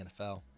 NFL